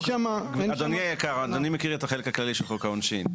אני מניח שאדוני מכיר את החלק הכללי של חוק העונשין.